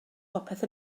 popeth